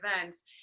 events